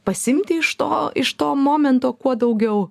pasiimti iš to iš to momento kuo daugiau